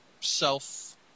self